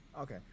Okay